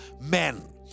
men